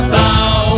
bow